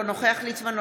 אינו נוכח יעקב ליצמן,